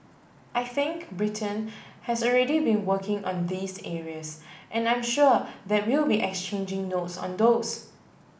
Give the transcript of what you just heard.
I think Britain has already been working on these areas and I'm sure that we'll be exchanging notes on those